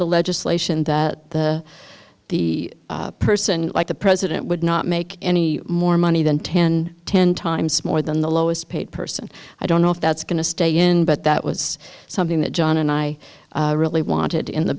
the legislation that the the person like the president would not make any more money than ten ten times more than the lowest paid person i don't know if that's going to stay in but that was something that john and i really wanted in the